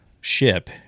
ship